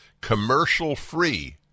commercial-free